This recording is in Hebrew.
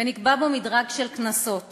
ונקבע בו מדרג של קנסות